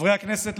חברי הכנסת,